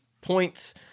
points